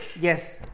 Yes